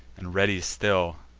and ready still